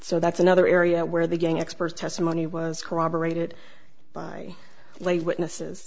so that's another area where the gang expert testimony was corroborated by lay witnesses